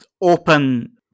open